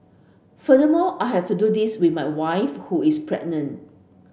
furthermore I have to do this with my wife who is pregnant